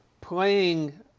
playing